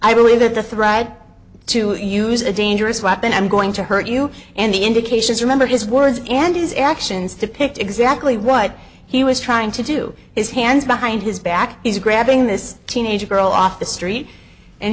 i believe that the threat to use a dangerous weapon i'm going to hurt you and the indications remember his words and his actions depict exactly what he was trying to do his hands behind his back he's grabbing this teenage girl off the street and